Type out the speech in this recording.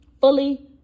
fully